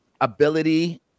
ability